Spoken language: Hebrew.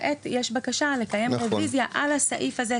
וכעת יש בקשה לקיים רוויזיה על הסעיף הזה,